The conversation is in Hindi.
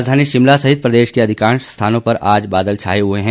राजधानी शिमला सहित प्रदेश के अधिंकाश स्थानों पर आज बादल छाये हुए हैं